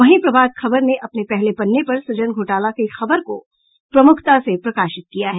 वहीं प्रभात खबर ने अपने पहले पन्ने पर सुजन घोटाला की खबर को प्रमुखता से प्रकाशित किया है